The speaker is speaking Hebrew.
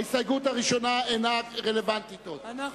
ההסתייגות הראשונה אינה רלוונטית עוד,